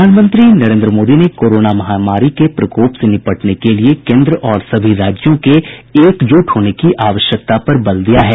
प्रधानमंत्री नरेन्द्र मोदी ने कोरोना महामारी के प्रकोप से निपटने के लिए केन्द्र और सभी राज्यों के एकजुट होने की आवश्यकता पर बल दिया है